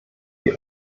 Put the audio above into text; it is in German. die